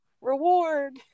reward